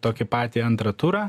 tokį patį antrą turą